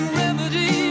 remedy